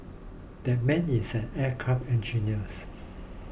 that man is an aircraft engineers